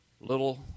little